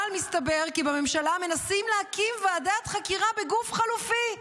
אבל מסתבר כי בממשלה מנסים להקים ועדת חקירה בגוף חלופי,